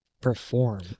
perform